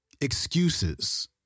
excuses